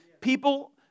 People